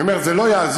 אני אומר שזה לא יעזור